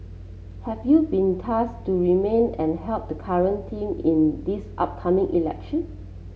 have you been task to remain and help the current team in this upcoming election